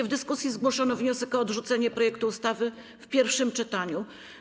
W dyskusji zgłoszono wniosek o odrzucenie projektu ustawy w pierwszym czytaniu.